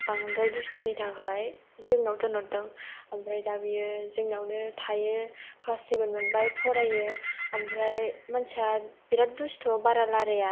बांद्राय दुस्थ'नि थाखाय जोंनाव थिनहरदों ओमफ्राय दा बियो जोंनियावनो थायो क्लास सेभेन मोबनाय फरायो ओमफ्राय मानसिया बिराद दुस्थ' बारा लाराया